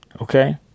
okay